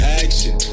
action